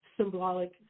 symbolic